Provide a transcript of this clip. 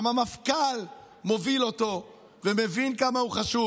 גם המפכ"ל מוביל אותו ומבין כמה הוא חשוב,